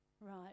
right